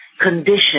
condition